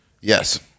Yes